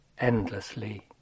endlessly